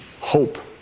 hope